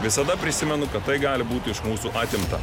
visada prisimenu kad tai gali būti iš mūsų atimta